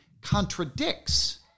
contradicts